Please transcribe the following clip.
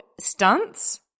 stunts